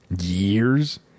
years